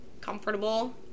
comfortable